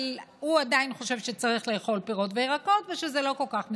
אבל הוא עדיין חושב שצריך לאכול פירות וירקות ושזה לא כל כך מסוכן.